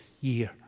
year